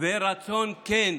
ורצון כן,